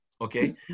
Okay